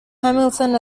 hamilton